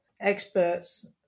experts